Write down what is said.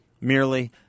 merely